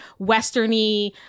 westerny